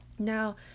Now